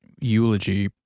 eulogy